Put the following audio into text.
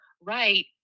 right